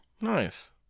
Nice